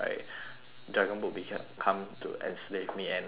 dragon boat beca~ come to enslave me and now I am